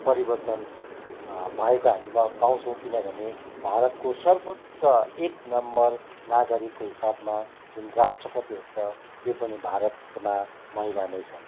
परिवर्तन भएको हामीमा पाउँछौँ किनभने भारतको सर्वोच्च एक नम्बर नागरिकको हिसाबमा जुन राष्ट्रपति हुन्छ यो पनि भारतमा महिला नै छ